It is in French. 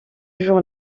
jour